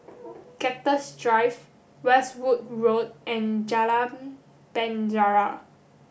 Cactus Drive Westwood Road and Jalan Penjara